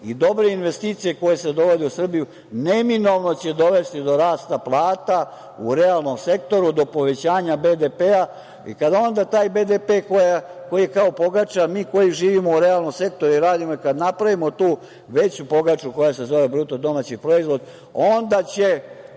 i dobre investicije koje se dovedu u Srbiju neminovno će dovesti do rasta plata u realnom sektoru, do povećanja BDP i kada BDP, koji je kao pogača, mi koji živimo u realnom sektoru to i radimo i kada napravimo tu veću pogaču, koja se zove BDP, onda će